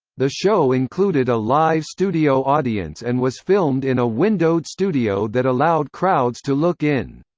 the show included a live studio audience and was filmed in a windowed studio that allowed crowds to look in.